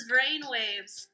Brainwaves